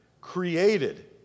created